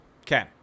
Okay